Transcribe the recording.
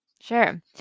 Sure